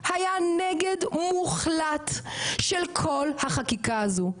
היה נגד מוחלט של כל החקיקה הזו,